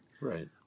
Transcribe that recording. Right